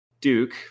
Duke